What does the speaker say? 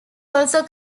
also